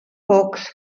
books